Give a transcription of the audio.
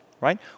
right